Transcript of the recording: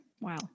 Wow